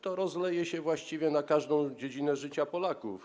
To rozleje się właściwie na każdą dziedzinę życia Polaków.